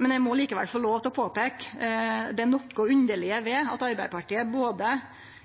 men eg må likevel få lov til å påpeike det noko underlege ved at Arbeidarpartiet, både